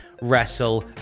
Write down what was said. wrestle